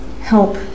help